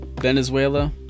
Venezuela